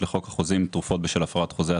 לחוק החוזים (תרופות בשל הפרת חוזה),